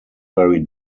very